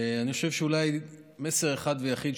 אני חושב שאולי מסר אחד ויחיד,